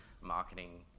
marketing